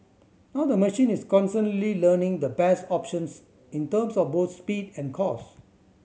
now the machine is constantly learning the best options in terms of both speed and cost